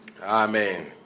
Amen